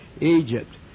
Egypt